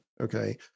Okay